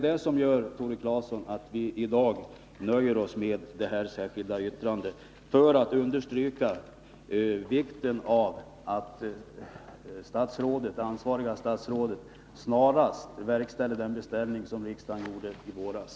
Därför, Tore Claeson, nöjer vi oss i dag med det här särskilda yttrandet, för att understryka vikten av att ansvarigt statsråd snarast verkställer den beställning som riksdagen gjorde i våras.